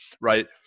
right